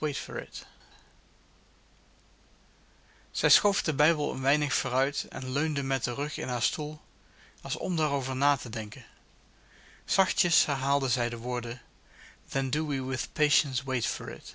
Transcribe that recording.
zij schoof den bijbel een weinig vooruit en leunde met den rug in haar stoel als om daarover na te denken zachtjes herhaalde zij de woorden